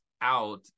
out